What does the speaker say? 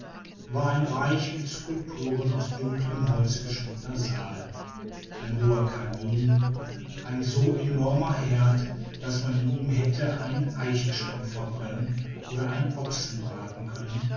war ein reich mit sculpturen aus dunklem holz geschmückter saal ein hoher kamin ein so enormer heerd daß man in ihm hätte einen eichstamm verbrennen oder einen ochsen braten können